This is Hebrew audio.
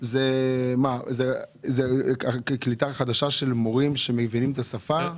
זה קליטה חדשה של מורים שמבינים את השפה?